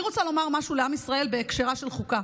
אני רוצה לומר משהו לעם ישראל בהקשרה של חוקה.